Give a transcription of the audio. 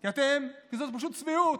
כי זו פשוט צביעות: